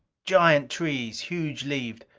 giant trees, huge-leaved.